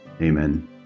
amen